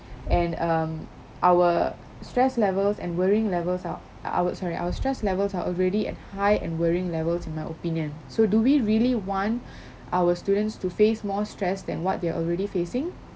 and um our stress levels and worrying levels are I would sorry our stress levels are already at high and worrying levels in my opinion so do we really want our students to face more stress than what they're already facing